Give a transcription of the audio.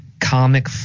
comic